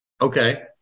Okay